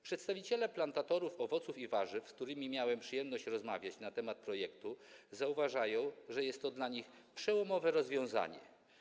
Przedstawiciele plantatorów owoców i warzyw, z którymi miałem przyjemność rozmawiać na temat projektu, zauważają, że jest to dla nich przełomowe rozwiązanie.